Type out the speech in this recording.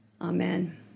Amen